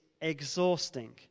exhausting